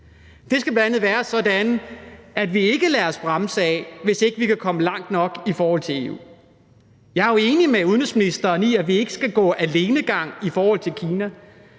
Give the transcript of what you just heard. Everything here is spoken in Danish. Det skal bl.a. være sådan, at vi ikke lader os bremse af, at vi ikke kan komme langt nok i forhold til EU. Jeg er jo enig med udenrigsministeren i, at vi ikke skal gå enegang i forhold til Kina